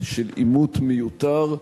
של עימות מיותר,